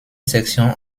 section